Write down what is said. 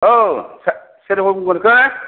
औ सोर सोरबा बुंहरखो